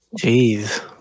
Jeez